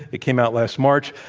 it came out last march.